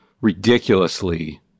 ridiculously